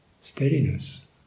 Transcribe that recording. steadiness